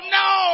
no